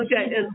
Okay